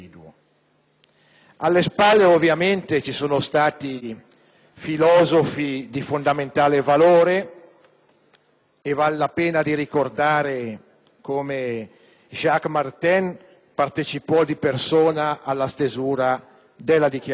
sue spalle, ovviamente, ci sono stati filosofi di fondamentale valore, e vale la pena di ricordare che Jacques Maritain partecipò di persona alla stesura del testo della dichiarazione.